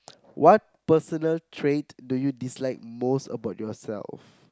what personal trait do you dislike most about yourself